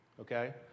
Okay